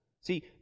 See